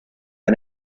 the